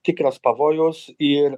tikras pavojus ir